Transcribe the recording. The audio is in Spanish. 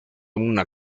una